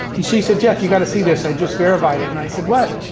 and she said, jeff, you got to see this. i just verified it, and i said, what?